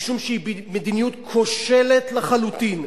משום שהיא מדיניות כושלת לחלוטין.